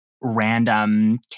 random